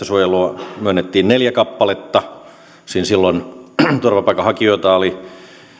suojelua myönnettiin neljä kappaletta silloin turvapaikanhakijoita oli suunnilleen